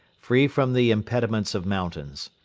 free from the impediments of mountains.